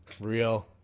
Real